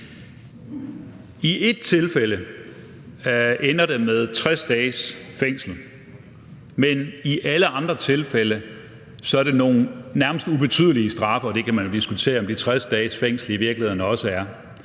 I et tilfælde ender det med 60 dages fængsel, men i alle andre tilfælde er det nogle nærmest ubetydelige straffe, og det kan man diskutere om de 60 dages fængsel i virkeligheden også er.